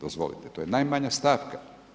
Dozvolite, to je najmanja stavka.